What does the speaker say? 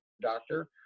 doctor